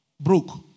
broke